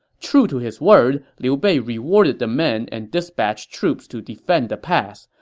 true to his word, liu bei rewarded the men and dispatched troops to defend the pass.